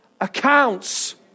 accounts